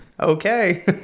Okay